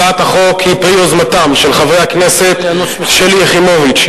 הצעת החוק היא פרי יוזמתם של חברי הכנסת שלי יחימוביץ,